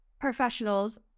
professionals